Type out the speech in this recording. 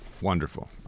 wonderful